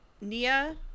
Nia